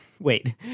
wait